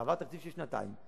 עבר תקציב של שנתיים,